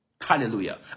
Hallelujah